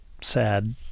sad